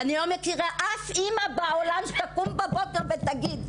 אני לא מכירה אף אימא בעולם שתקום בבוקר ותגיד,